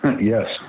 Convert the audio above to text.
Yes